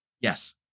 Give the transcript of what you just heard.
Yes